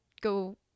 go